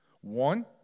One